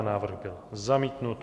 Návrh byl zamítnut.